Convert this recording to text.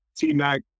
T-Mac